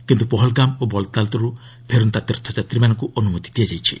କିନ୍ତୁ ପହଲ୍ଗାମ୍ ଓ ବଲ୍ତାଲ୍ରୁ ଫେରନ୍ତା ତୀର୍ଥଯାତ୍ରୀମାନଙ୍କୁ ଅନୁମତି ଦିଆଯାଇଛି